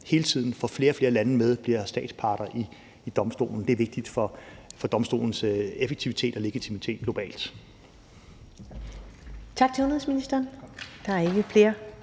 hele tiden får flere og flere lande med til at blive statsparter i domstolen. Det er vigtigt for domstolens effektivitet og legitimitet globalt.